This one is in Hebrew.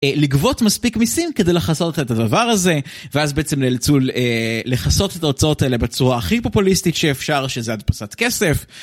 לגבות מספיק מיסים כדי לכסות את הדבר הזה, ואז בעצם נאלצו לכסות את ההוצאות האלה בצורה הכי פופוליסטית שאפשר שזה הדפסת כסף.